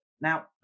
Now